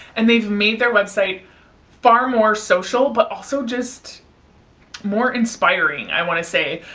and they've made their website far more social but also just more inspiring, i want to say.